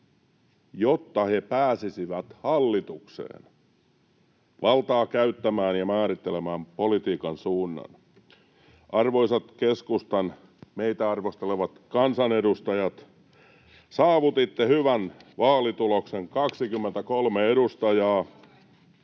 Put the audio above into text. jotta ne pääsisivät hallitukseen valtaa käyttämään ja määrittelemään politiikan suunnan.” Arvoisat keskustan meitä arvostelevat kansanedustajat, saavutitte hyvän vaalituloksen, 23 edustajaa.